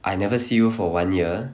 I never see you for one year